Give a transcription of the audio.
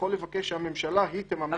הוא יכול לבקש שהממשלה היא שתממן לו